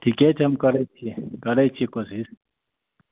ठीके छै हम करै छियै करै छी कोशिश